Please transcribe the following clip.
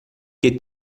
que